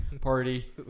party